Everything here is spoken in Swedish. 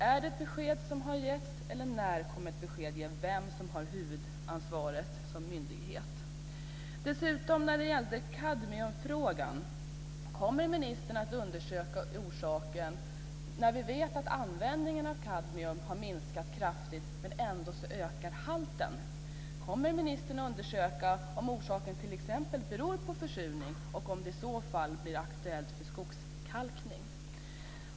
Är det ett besked som har getts, eller när kommer ett besked att ges om vilken myndighet som har huvudansvaret? När det gäller kadmiumfrågan undrar jag: Kommer ministern att undersöka orsaken till att kadmiumhalten ökar trots att användningen av kadmium har minskat kraftigt? Kommer ministern att undersöka om det t.ex. beror på försurning och om det i så fall blir aktuellt med skogskalkning?